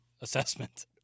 assessment